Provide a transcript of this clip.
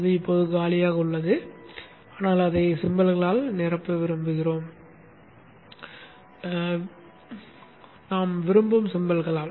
அது இப்போது காலியாக உள்ளது ஆனால் அதை சிம்பல்களால் நிரப்ப விரும்புகிறோம் விருப்ப சிம்பல்களால்